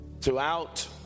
throughout